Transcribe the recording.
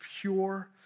pure